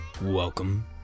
Welcome